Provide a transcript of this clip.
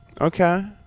Okay